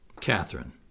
Catherine